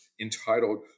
entitled